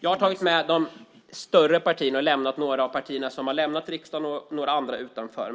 Jag har tagit med de större partierna men inte tagit med några av de partier som har lämnat riksdagen och lämnat några andra utanför.